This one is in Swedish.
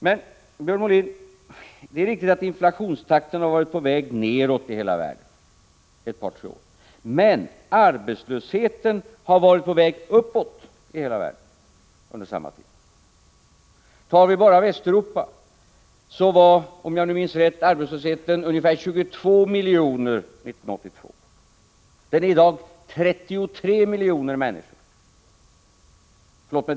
Det är riktigt, Björn Molin, att inflationstakten har varit på väg nedåt i hela världen under ett par tre år, men arbetslösheten har varit på väg uppåt i hela världen under samma tid. När det gäller OECD-länderna uppgick arbetslösheten, om jag minns rätt, till 22 miljoner år 1982. I dag är 33 miljoner människor arbetslösa.